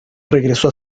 regresó